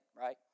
right